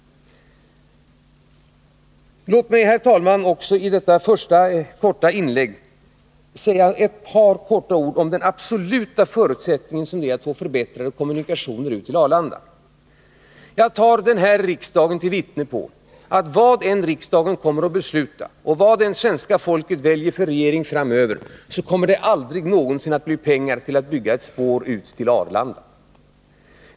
Låt mig, herr talman, i detta första korta inlägg också säga ett par ord om den absoluta förutsättningen för att få förbättrade kommunikationer ut till Arlanda. Jag tar den här riksdagen till vittne på vad jag nu säger: Vad än riksdagen kommer att besluta och vad det svenska folket än väljer för regering framöver, så kommer det ändå aldrig någonsin att bli pengar till att bygga ett spår ut till Arlanda.